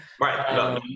right